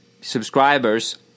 subscribers